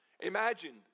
Imagine